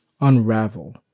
unravel